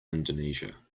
indonesia